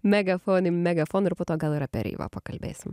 ir po to gal ir apie reivą pakalbėsim